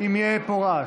אם יהיה פה רעש.